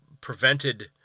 prevented –